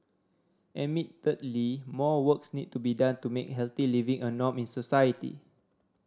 admittedly more works need to be done to make healthy living a norm in society